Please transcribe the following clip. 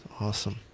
Awesome